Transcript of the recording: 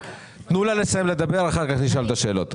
תנו לה לסיים לדבר, ואחר כך נשאל את השאלות.